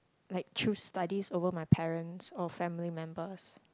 like choose studies over my parents or family members